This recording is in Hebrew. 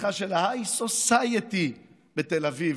הבריכה של ה-high society בתל אביב,